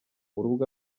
urubuga